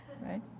right